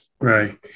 Right